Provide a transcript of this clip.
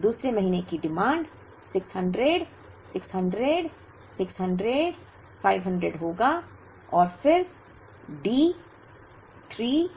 दूसरे महीने की डिमांड 600 600 600 500 होगा और फिर D 3